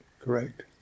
Correct